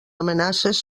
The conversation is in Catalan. amenaces